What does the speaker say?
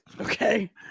Okay